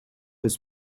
his